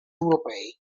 europei